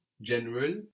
General